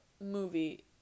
movie